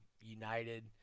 United